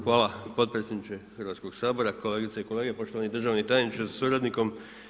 Hvala potpredsjedniče Hrvatskoga sabora, kolegice i kolege, poštovani državni tajniče sa suradnikom.